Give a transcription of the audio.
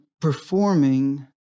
performing